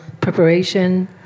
preparation